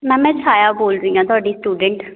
ma'am ਮੈਂ ਛਾਇਆ ਬੋਲ ਰਹੀ ਹਾਂ ਤੁਹਾਡੀ ਸਟੂਡੈਂਟ